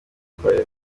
uyitwaye